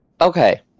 Okay